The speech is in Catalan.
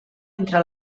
entre